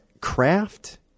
craft